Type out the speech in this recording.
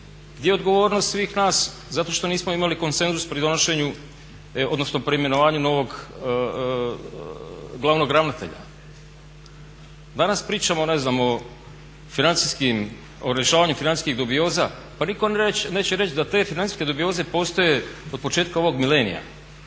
Gdje je odgovornost svih nas zato što nismo imali konsenzus pri donošenju, odnosno pri imenovanju novog glavnog ravnatelja. Danas pričamo o rješavanju financijskih dubioza pa nitko neće reći da te financijske dubioze postoje od početka ovog milenija